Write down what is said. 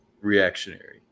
reactionary